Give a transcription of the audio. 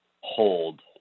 hold